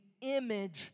image